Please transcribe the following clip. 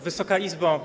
Wysoka Izbo!